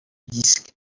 disque